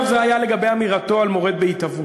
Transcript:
עכשיו זה היה לגבי אמירתו על מורד בהתהוות.